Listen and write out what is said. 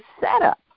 setup